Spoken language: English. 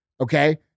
Okay